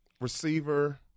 Receiver